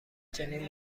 چنین